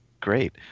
great